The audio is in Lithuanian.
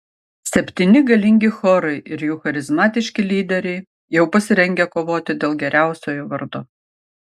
septyni galingi chorai ir jų charizmatiški lyderiai jau pasirengę kovoti dėl geriausiojo vardo